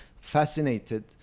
fascinated